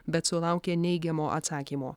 bet sulaukė neigiamo atsakymo